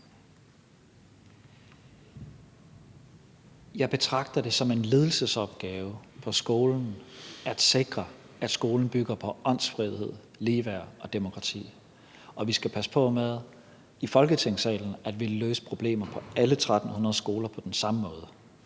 Jeg betragter det som en ledelsesopgave på skolen at sikre, at skolen bygger på åndsfrihed, ligeværd og demokrati. Og vi skal passe på med i Folketingssalen at ville løse problemer på alle 1.300 skoler på den samme måde.